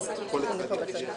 טוב.